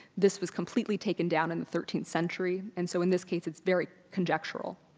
this was completely taken down in the thirteenth century and so in this case, it's very conjectural.